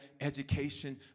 education